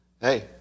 Hey